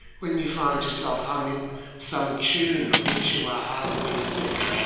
when you find yourself humming some tune of which you are heartily sick,